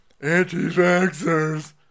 anti-vaxxers